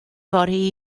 fory